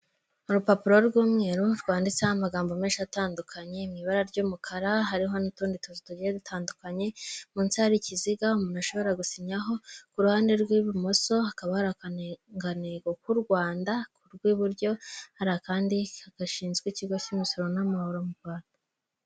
Urupapuro rw'umweru rwanditseho amagambo menshi atandukanye, mu ibara ry'umukara, hariho n'utundi tuzu tugiye dutandukanye, munsi hari ikiziga, umuntu ashobora gusinyaho, ku ruhande rw'ibumoso hakaba hari akarangantego k'u Rwanda, ku rw'iburyo hari akandi gashinzwe ikigo cy'imisoro n'amahoro mu Rwanda.